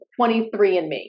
23andMe